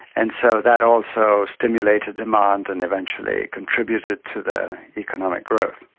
and so that also stimulated demand and eventually contributed to the economic growth.